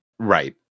Right